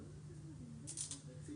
אוקיי.